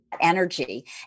energy